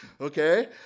Okay